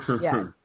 Yes